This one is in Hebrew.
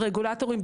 והרגולטורים,